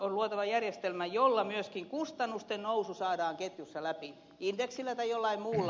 on luotava järjestelmä jolla myöskin kustannusten nousu saadaan ketjussa läpi indeksillä tai jollain muulla